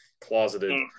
closeted